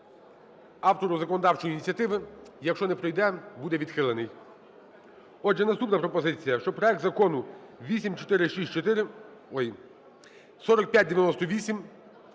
автору законодавчої ініціативи. Якщо не пройде, буде відхилений. Отже, наступна пропозиція, щоб проект Закону 8464… ой, 4598